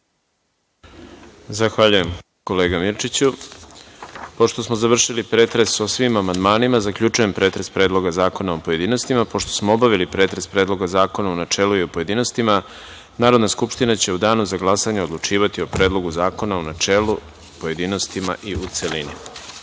Zahvaljujem. Pošto smo završili pretres o svim amandmanima, zaključujem pretres Predloga zakona u pojedinostima. Pošto smo obavili pretres Predloga zakona u načelu i u pojedinostima, Narodna skupština će u danu za glasanje odlučivati o Predlogu zakona u načelu, pojedinostima i u